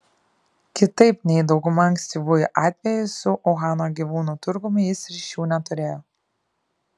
kitaip nei dauguma ankstyvųjų atvejų su uhano gyvūnų turgumi jis ryšių neturėjo